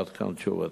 עד כאן תשובתי.